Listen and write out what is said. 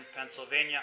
Pennsylvania